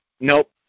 Nope